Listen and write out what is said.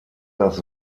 das